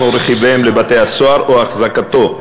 או רכיביהם לבתי-הסוהר או החזקתם,